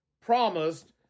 promised